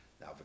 Now